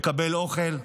לקבל אוכל,